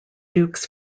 dukes